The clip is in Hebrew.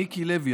"מיקי לוי",